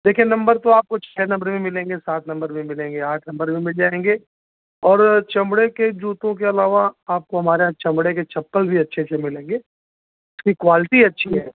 देखिए नम्बर तो आपको छः नम्बर भी मिलेंगे सात नम्बर भी मिलेंगे आठ नम्बर भी मिल जाएँगे और चमड़े के जूतों के अलावा आपको हमारे यहाँ चमड़े के चप्पल भी अच्छे अच्छे मिलेंगे उसकी क्वालटी अच्छी है